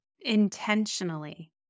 intentionally